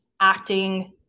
acting